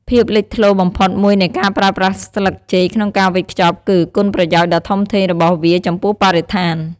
ភាពលេចធ្លោបំផុតមួយនៃការប្រើប្រាស់ស្លឹកចេកក្នុងការវេចខ្ចប់ គឺ គុណប្រយោជន៍ដ៏ធំធេងរបស់វាចំពោះបរិស្ថាន។